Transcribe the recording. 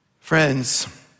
Friends